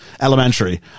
elementary